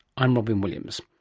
i'm robyn williams